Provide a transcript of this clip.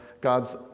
God's